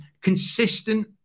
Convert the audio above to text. consistent